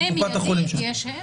מענה מידי יש.